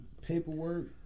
paperwork